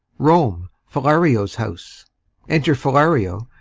rome. philario's house enter philario,